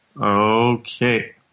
Okay